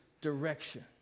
direction